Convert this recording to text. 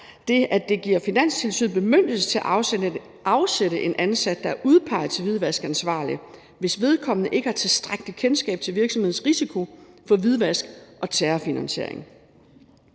det giver Finanstilsynet bemyndigelse til at afsætte en ansat, der er udpeget til hvidvaskansvarlig, hvis vedkommende ikke har tilstrækkeligt kendskab til virksomhedens risiko for hvidvask og terrorfinansiering.